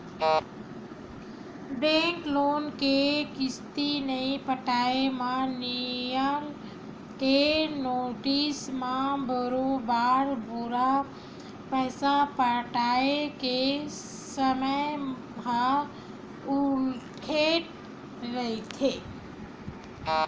bank loan के किस्ती नइ पटाए म नियालय के नोटिस म बरोबर पूरा पइसा पटाय के समे ह उल्लेख रहिथे